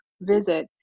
visit